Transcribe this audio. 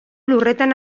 lurretan